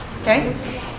okay